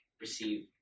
receive